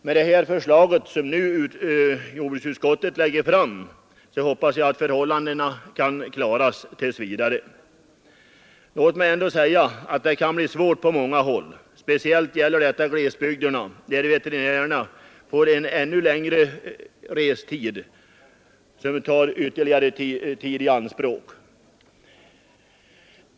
Med det förslag som jordbruksutskottet nu lägger fram hoppas jag att förhållandena kan klaras tills vidare. Låt mig ändå säga att det kan bli svårt på många håll. Speciellt gäller detta glesbygderna, där veterinärerna får ännu längre restider.